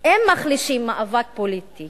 אם מחלישים מאבק פוליטי